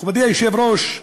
מכובדי היושב-ראש,